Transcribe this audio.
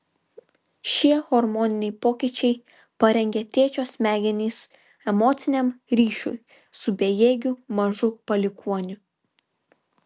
šie hormoniniai pokyčiai parengia tėčio smegenis emociniam ryšiui su bejėgiu mažu palikuoniu